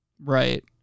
Right